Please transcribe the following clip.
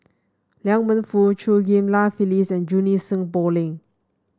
Liang Wenfu Chew Ghim Lian Phyllis and Junie Sng Poh Leng